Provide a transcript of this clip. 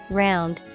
round